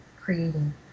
creating